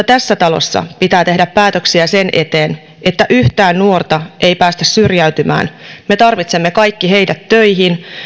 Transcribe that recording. tässä talossa pitää tehdä päätöksiä sen eteen että yhtään nuorta ei päästetä syrjäytymään me tarvitsemme heidät kaikki töihin